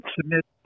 submit